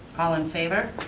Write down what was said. all in favor.